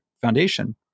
foundation